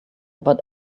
about